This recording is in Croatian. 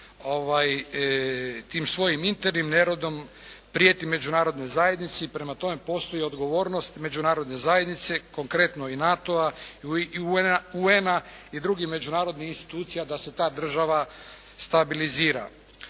tim svojim internim neredom prijeti Međunarodnoj zajednici. Prema tome, postoji odgovornost Međunarodne zajednice konkretno i NATO-a i UN-a i drugih međunarodnih institucija da se ta država stabilizira.